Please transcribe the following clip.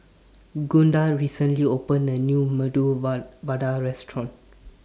Gunda recently opened A New Medu Va Vada Restaurant